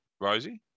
Rosie